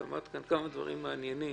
אמרת כאן כמה דברים מעניינים.